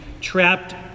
trapped